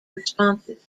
responses